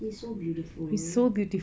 he's so beautiful